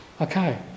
Okay